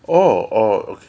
orh orh